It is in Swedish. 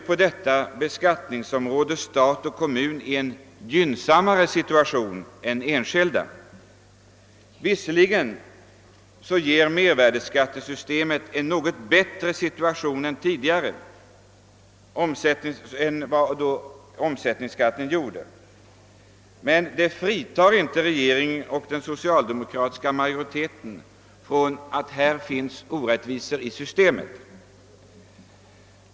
På detta beskattningsområde ställs stat och kommun i en mera gynnsam situation än enskilda företag och människor. Visserligen ger mervärdeskattesystemet en något bättre situation än vad omsättningsskatten medgav tidigare, men detta fritar inte regeringen och den socialdemokratiska majoriteten i utskottet från ansvaret för de orättvisor som systemet är belastat med.